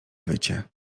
wycie